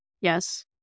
Yes